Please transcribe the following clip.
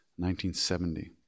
1970